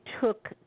took